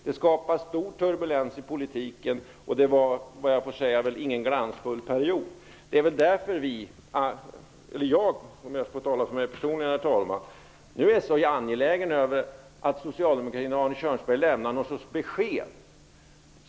Detta skapade stor turbulens i politiken, och jag måste säga att det inte var någon glansfull period. Jag är mot denna bakgrund angelägen om att socialdemokratin och även Arne Kjörnsberg lämnar något slags besked.